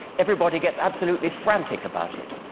everybody gets absolutely frantic about it,